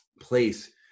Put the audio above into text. place